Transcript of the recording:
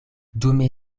dume